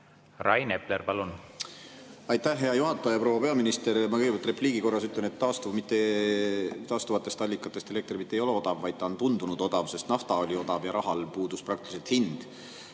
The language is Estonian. Rain Epler, palun! Aitäh, hea juhataja! Proua peaminister! Ma kõigepealt repliigi korras ütlen, et taastuvatest allikatest elekter ei ole mitte odav, vaid on tundunud odav, sest nafta oli odav ja rahal puudus praktiliselt hind.